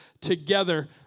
together